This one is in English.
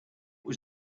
was